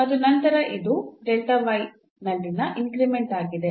ಮತ್ತು ನಂತರ ಇದು ನಲ್ಲಿನ ಇನ್ಕ್ರಿಮೆಂಟ್ ಆಗಿದೆ